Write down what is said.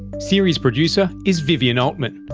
series producer is vivien altman,